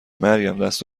مریم، دست